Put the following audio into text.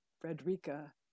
Frederica